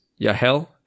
Yahel